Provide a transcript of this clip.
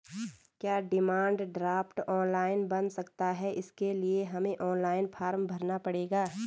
क्या demand draft online बन सकता है इसके लिए हमें ऑनलाइन फॉर्म भरना पड़ेगा?